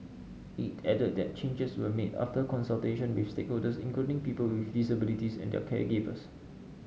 it added that changes were made after consultation with stakeholders including people with disabilities and their caregivers